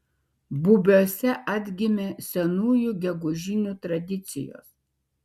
bubiuose atgimė senųjų gegužinių tradicijos